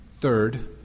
Third